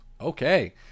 Okay